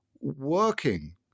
working